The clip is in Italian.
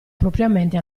propriamente